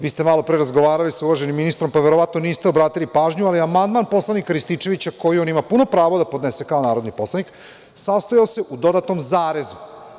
Vi ste malopre razgovarali sa uvaženim ministrom, pa verovatno niste obratili pažnju, ali amandman poslanika Rističevića, koji on ima puno pravo da podnese kao narodni poslanik, sastojao se u dodatom zarezu.